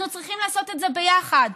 אנחנו צריכים לעשות את זה ביחד.